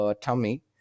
tummy